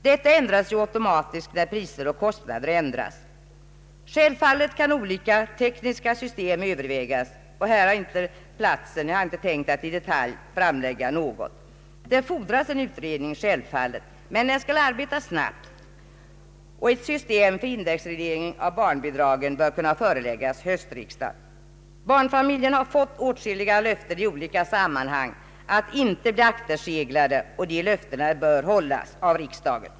Detta belopp ändras ju automatisk när priser och kostnader ändras. Självfallet kan olika tekniska system övervägas, och jag har inte tänkt att i detalj framlägga något, Det fordras givetvis en utredning, men den skall arbeta snabbt, och ett system för indexreglering av barnbidragen bör kunna föreläggas höstriksdagen. Barnfamiljerna har fått olika löften i olika sammanhang att inte bli akterseglade. Dessa löften bör hållas av riksdagen.